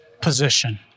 position